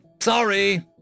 Sorry